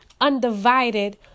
undivided